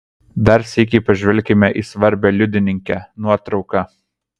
dar sykį pažvelkime į svarbią liudininkę nuotrauką